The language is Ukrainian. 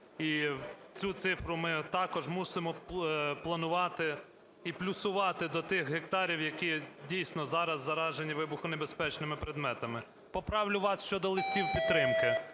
І цю цифру ми також мусимо планувати і плюсувати до тих гектарів, які дійсно зараз заражені вибухонебезпечними предметами. Поправлю вас щодо листів підтримки.